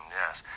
yes